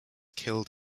killed